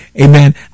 amen